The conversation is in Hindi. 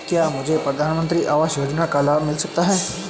क्या मुझे प्रधानमंत्री आवास योजना का लाभ मिल सकता है?